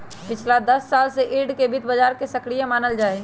पिछला दस साल से यील्ड के वित्त बाजार में सक्रिय मानल जाहई